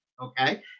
Okay